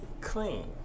clean